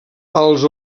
els